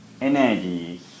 energy